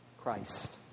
Christ